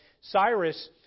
Cyrus